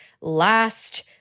last